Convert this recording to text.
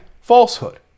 falsehood